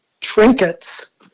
trinkets